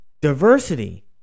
diversity